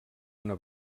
una